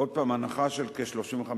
עוד פעם, הנחה של כ-35%.